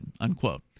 unquote